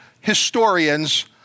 historians